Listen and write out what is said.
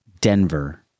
Denver